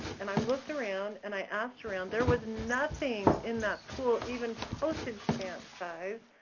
and i looked around and i asked around, there was nothing in that school, even postage stamp size,